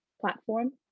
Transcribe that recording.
platform